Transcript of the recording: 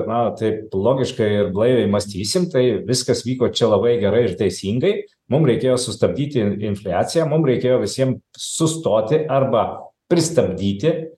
na taip logiškai ir blaiviai mąstysim tai viskas vyko čia labai gerai ir teisingai mum reikėjo sustabdyti infliaciją mum reikėjo visiem sustoti arba pristabdyti